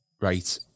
right